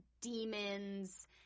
demons